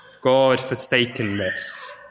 God-forsakenness